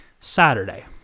Saturday